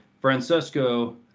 francesco